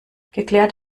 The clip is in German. geklärt